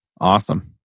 Awesome